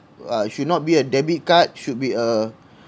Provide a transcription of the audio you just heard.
uh should not be a debit card should be a